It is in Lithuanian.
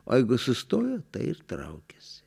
o jeigu sustojo tai ir traukėsi